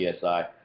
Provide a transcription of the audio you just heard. PSI